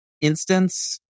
instance